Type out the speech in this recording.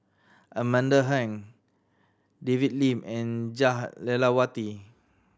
Amanda Heng David Lim and Jah Lelawati